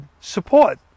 support